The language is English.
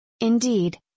Indeed